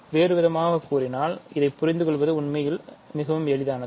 வேறுவிதமாகக் கூறினால் இதைப் புரிந்துகொள்வது உண்மையில் மிகவும் எளிதானது